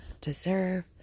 deserve